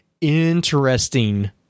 Interesting